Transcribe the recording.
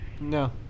No